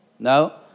No